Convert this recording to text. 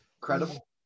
credible